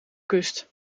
kust